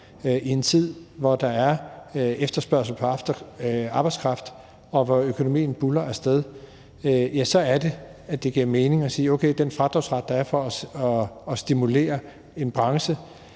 I en tid, hvor der er efterspørgsel på arbejdskraft, og hvor økonomien buldrer af sted, så er det, det giver mening at sige, at okay, den fradragsret, der er for at stimulere en branche,